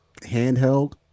handheld